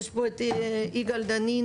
יש פה את יגאל דנינו,